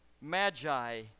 Magi